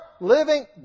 living